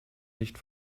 nicht